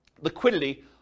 liquidity